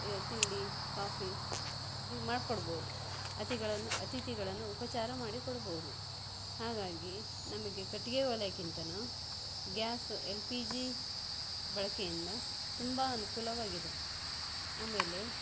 ಯ ತಿಂಡಿ ಕಾಫಿ ಹೀಗೆ ಮಾಡಿಕೊಡ್ಬೋದು ಅತಿಗಳನ್ ಅತಿಥಿಗಳನ್ನು ಉಪಚಾರ ಮಾಡಿ ಕೊಡ್ಬೋದು ಹಾಗಾಗಿ ನಮಗೆ ಕಟ್ಟಿಗೆ ಒಲೆಗಿಂತಾನೂ ಗ್ಯಾಸ್ ಎಲ್ ಪಿ ಜಿ ಬಳಕೆಯಿಂದ ತುಂಬ ಅನುಕೂಲವಾಗಿದೆ ಆಮೇಲೆ